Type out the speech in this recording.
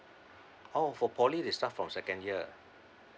oh for poly they start from second year